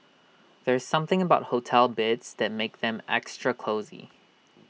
there's something about hotel beds that makes them extra cosy